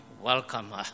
welcome